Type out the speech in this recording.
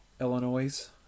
Illinois